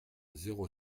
zéro